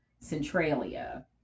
Centralia